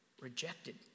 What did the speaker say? rejected